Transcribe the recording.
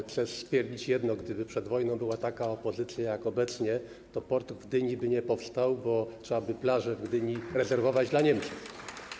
Chcę stwierdzić jedno: gdyby przed wojną była taka opozycja jak obecnie, to port w Gdyni by nie powstał, bo trzeba by było plażę w Gdyni rezerwować dla Niemców.